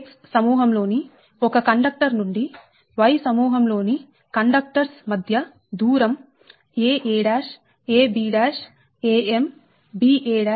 X సమూహం లోని ఒక కండక్టర్ నుండి Y సమూహం లోని కండక్టర్స్ మధ్య దూరం aa ab am ba bb